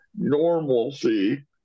normalcy